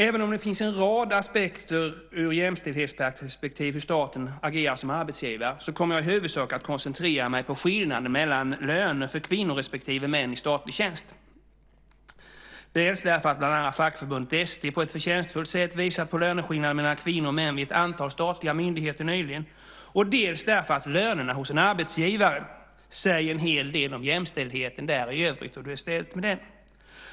Även om det ur jämställdhetsperspektiv finns en rad aspekter på hur staten agerar som arbetsgivare kommer jag i huvudsak att koncentrera mig på skillnaden mellan löner för kvinnor respektive män i statlig tjänst, dels därför att bland andra fackförbundet ST nyligen på ett förtjänstfullt sätt visat på löneskillnaderna mellan kvinnor och män vid ett antal statliga myndigheter, dels därför att lönerna hos en arbetsgivare säger en hel del om hur det är ställt med jämställdheten i övrigt.